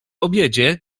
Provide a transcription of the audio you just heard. obiedzie